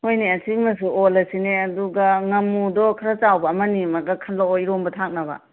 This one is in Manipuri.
ꯍꯣꯏꯅꯦ ꯑꯁꯤꯃꯁꯨ ꯑꯣꯜꯂꯁꯤꯅꯦ ꯑꯗꯨꯒ ꯉꯃꯨꯗꯣ ꯈꯔ ꯆꯥꯎꯕ ꯑꯃꯅꯤꯃꯒ ꯈꯜꯂꯑꯣ ꯏꯔꯣꯟꯕ ꯊꯥꯛꯅꯕ